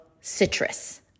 citrus